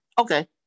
Okay